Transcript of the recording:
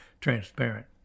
transparent